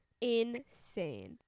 insane